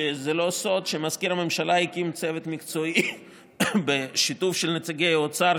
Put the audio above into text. שזה לא סוד שמזכיר הממשלה הקים צוות מקצועי בשיתוף של נציגי האוצר,